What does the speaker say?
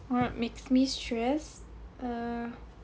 what makes me stress uh